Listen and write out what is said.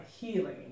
healing